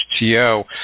HTO